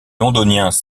londoniens